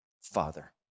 Father